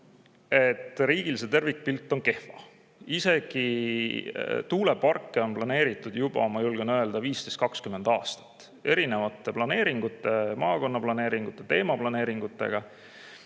riigil see tervikpilt on kehv. Isegi tuuleparke on planeeritud juba, ma julgen öelda, 15–20 aastat erinevate planeeringute, maakonnaplaneeringute ja teemaplaneeringutega.